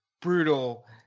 brutal